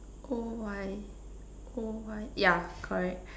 O_Y O_Y ya correct